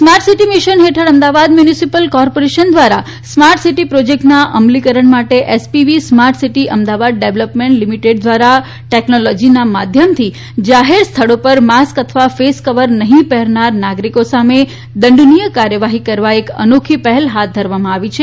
smart city mission હેઠળ Ahmedabad municipal corporation ધ્વારા smart city પ્રોજેકટસના અમલીકરણ માટે SPV smart city Ahmedabad development લી ધ્વારા ટેકનોલોજીના માધ્યમથી જાહેર સ્થળો પર માસ્ક અથવા ફેસ કવર નહી પહેરનારા નાગરીકો સામે દંડનીય કાર્યવાહી કરવા એક અનોખી પહેલ હાથ ધરાવમાં આવી છે